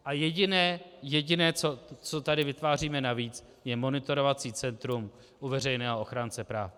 A jediné, co tady vytváříme navíc, je monitorovací centrum u veřejného ochránce práv.